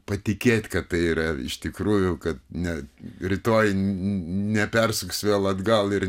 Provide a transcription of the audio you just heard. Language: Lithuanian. patikėt kad tai yra iš tikrųjų kad ne rytoj nepersuks vėl atgal ir